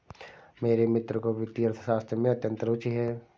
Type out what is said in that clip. मेरे मित्र को वित्तीय अर्थशास्त्र में अत्यंत रूचि है